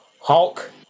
Hulk